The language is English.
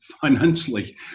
financially